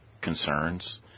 concerns